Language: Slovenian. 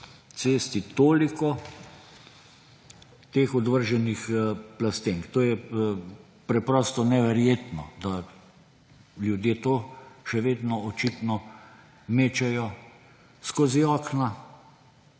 cesti toliko teh odvrženih plastenk. To je preprosto neverjetno, da ljudje to še vedno očitno mečejo skozi okna.